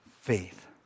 faith